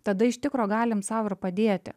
tada iš tikro galim sau ir padėti